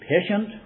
patient